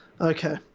okay